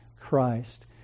Christ